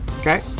Okay